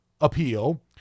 appeal